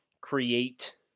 create